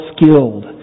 skilled